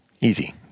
Easy